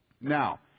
Now